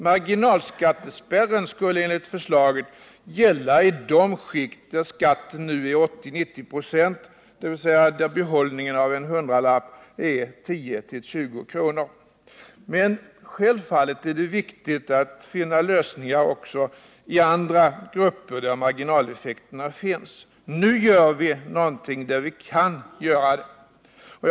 Marginalskattespärren skulle enligt förslaget gälla i de skikt där skatten nu är 80-90 96, dvs. där behållningen av en hundralapp är 10-20 kr. Men självfallet är det viktigt att finna lösningar också i andra skikt där marginaleffekterna finns. Nu gör vi något där vi har möjlighet att göra det.